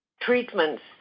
treatments